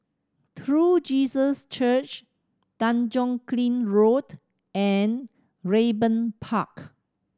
True Jesus Church Tanjong Kling Road and Raeburn Park